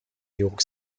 york